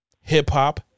hip-hop